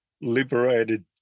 liberated